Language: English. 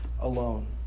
alone